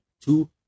Two